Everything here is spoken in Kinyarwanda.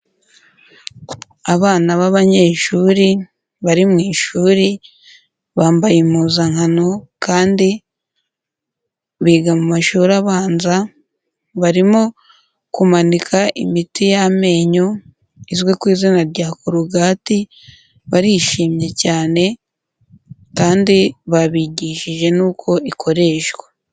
Abana b'abanyeshuri bari mu ishuri bambaye impuzankano kandi biga mu mashuri abanza, barimo kumanika imiti y'amenyo izwi ku izina rya korogati barishimye cyane kandi babigishije n'uko ikoreshwa.